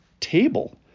table